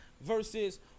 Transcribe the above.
versus